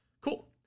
Cool